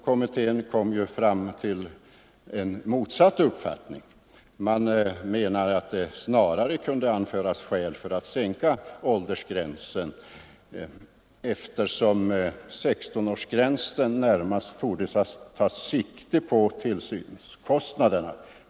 Kommittén kom fram till en mot Nr 109 satt uppfattning och menade att det snarare kunde anföras skäl för att sänka Onsdagen den åldersgränsen, eftersom 16-årsgränsen närmast torde ta sikte på tillsynskost 30 oktober 1974 naderna.